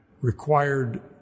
required